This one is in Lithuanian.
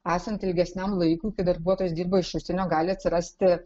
esant ilgesniam laikui kai darbuotojas dirba iš užsienio gali atsirasti